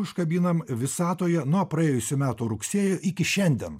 užkabinam visatoje nuo praėjusių metų rugsėjo iki šiandien